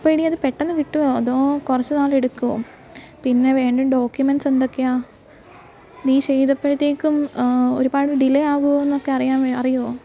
അപ്പം എടീ അത് പെട്ടെന്ന് കിട്ടുവോ അതോ കുറച്ച് നാളെടുക്കുവോ പിന്നെ വേണ്ട ഡോക്യുമെൻസ് എന്തൊക്കെയാണ് നീ ചെയ്തപ്പോഴത്തേക്കും ഒരുപാട് ഡിലെ ആകുവോന്നൊക്കെ അറിയാവോ അറിയുവോ